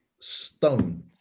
stone